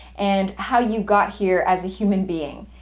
and how you got here as a human being.